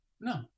no